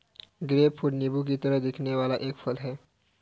grapefruit नींबू की तरह दिखने वाला एक फल है